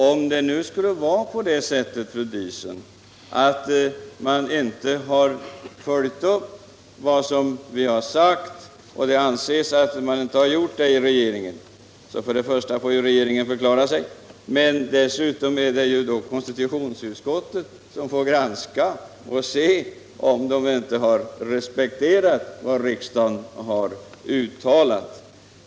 Om det skulle vara på det sättet, fru Diesen, att regeringen inte har följt upp vad riksdagen här sagt — och det anses att regeringen inte har gjort det — får väl regeringen förklara sig, men dessutom får konstitutionsutskottet granska detta för att se, om regeringen inte har respekterat vad riksdagen uttalat.